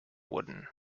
wooden